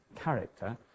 character